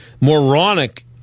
moronic